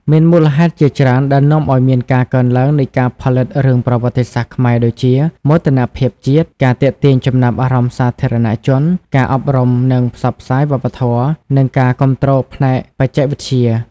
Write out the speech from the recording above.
មានមូលហេតុជាច្រើនដែលនាំឲ្យមានការកើនឡើងនៃការផលិតរឿងប្រវត្តិសាស្ត្រខ្មែរដូចជា មោទនភាពជាតិ ការទាក់ទាញចំណាប់អារម្មណ៍សាធារណជន ការអប់រំនិងផ្សព្វផ្សាយវប្បធម៌ និងការគាំទ្រផ្នែកបច្ចេកវិទ្យា។